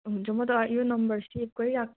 हुन्छ म त यो नम्बर सेभ गरिराख्छु